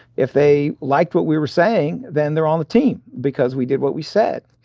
if they liked what we were saying, then they're on the team because we did what we said.